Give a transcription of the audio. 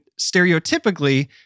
stereotypically